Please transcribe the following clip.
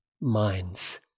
minds